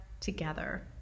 together